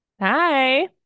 hi